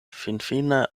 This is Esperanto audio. finfine